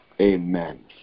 Amen